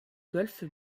golfe